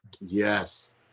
Yes